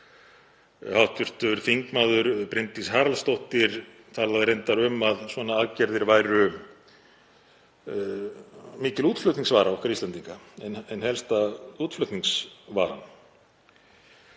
Hv. þm. Bryndís Haraldsdóttir talaði reyndar um að svona aðgerðir væru mikil útflutningsvara okkar Íslendinga, ein helsta útflutningsvaran.